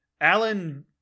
Alan